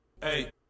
Hey